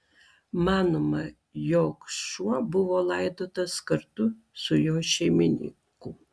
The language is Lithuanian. manoma jog šuo buvo laidotas kartu su jo šeimininku